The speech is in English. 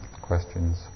questions